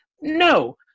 No